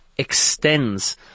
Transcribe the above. extends